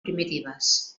primitives